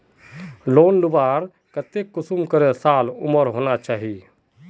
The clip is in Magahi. लोन लुबार केते कुंसम करे साल उमर होना चही?